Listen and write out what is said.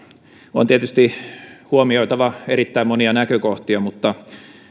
on tietysti huomioitava erittäin monia näkökohtia mutta